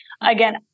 again